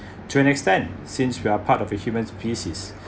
to an extent since we are part of a human species